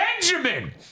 Benjamin